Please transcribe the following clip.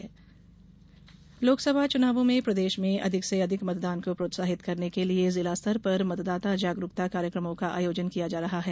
SVEEP गतिविधिया लोकसभा चुनावों में प्रदेष में अधिक से अधिक मतदान को प्रोत्साहित करने के लिए जिला स्तर पर मतदाता जागरूकता कार्यक्रमों का आयोजन किया जा रहा है